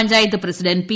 panchayat president P